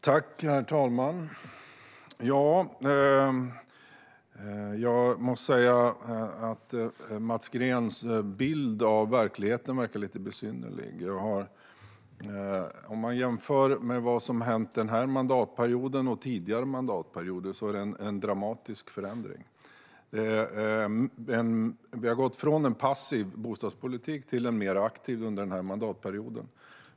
Herr talman! Mats Greens bild av verkligheten är lite besynnerlig. Om man jämför denna mandatperiod med tidigare mandatperioder är det en dramatisk förändring. Vi har gått från en passiv till en mer aktiv bostadspolitik under denna mandatperiod.